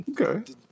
okay